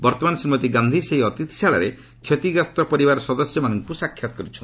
ବର୍ତ୍ତମାନ ଶ୍ରୀମତୀ ଗାନ୍ଧି ସେହି ଅତିଥିଶାଳାରେ କ୍ଷତିଗ୍ରସ୍ତ ପରିବାର ସଦସ୍ୟମାନଙ୍କ ସାକ୍ଷାତ୍ କର୍ରଛନ୍ତି